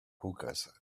hookahs